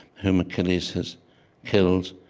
whom achilles has killed,